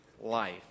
life